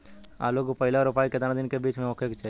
आलू क पहिला रोपाई केतना दिन के बिच में होखे के चाही?